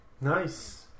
Nice